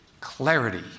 clarity